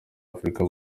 afurika